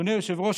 אדוני היושב-ראש,